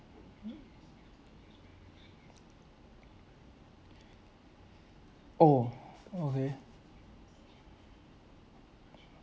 mm oh okay